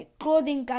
clothing